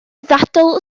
ddadl